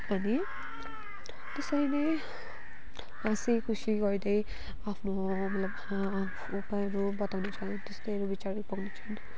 अनि त्यसरी नै हाँसीखुसी गर्दै आफ्नो मतलब आफ्नो उपायहरू बताउने छन् त्यस्तैहरू विचारहरू पोख्नेछन्